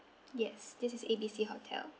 yes this is A B C hotel